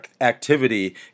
activity